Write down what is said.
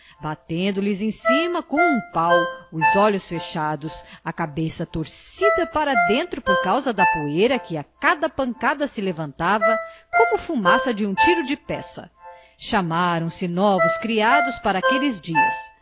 batendo lhes em cima com um pau os olhos fechados a cabeça torcida para dentro por causa da poeira que a cada pancada se levantava como fumaça de um tiro de peça chamaram se novos criados para aqueles dias